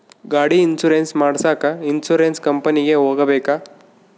ಗಾಡಿ ಇನ್ಸುರೆನ್ಸ್ ಮಾಡಸಾಕ ಇನ್ಸುರೆನ್ಸ್ ಕಂಪನಿಗೆ ಹೋಗಬೇಕಾ?